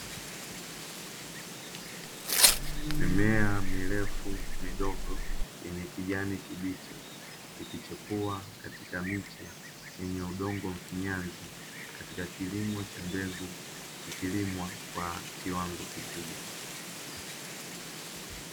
Mimea mirefu midogo yenye kijani kibichi, ikichepua katika miche yenye udongo mfinyanzi, katika kilimo cha mbegu ikilimwa kwa kiwango kikubwa.